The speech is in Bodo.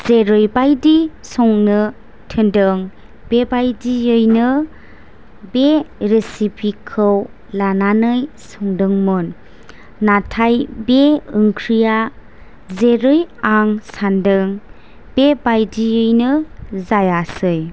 जेरैबायदि संनो थिनदों बेबायदियैनो बे रेसिपि खौ लानानै संदोंमोन नाथाय बे ओंख्रिया जेरै आं सानदों बे बायदियैनो जायासै